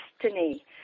destiny